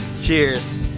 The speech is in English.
cheers